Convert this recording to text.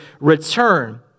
return